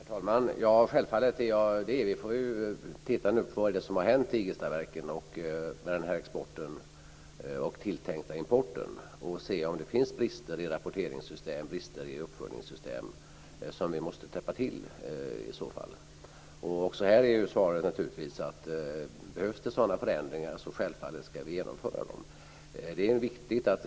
Herr talman! Ja, självfallet är jag det. Vi får nu titta på vad det är som har hänt vid Igelstaverket, med exporten och den tilltänkta importen för att se om det finns brister i rapporteringssystem och i uppföljningssystem som vi måste täppa till. Också här är naturligtvis svaret att om sådana förändringar behövs ska vi självfallet genomföra dem.